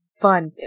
Fun